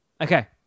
Okay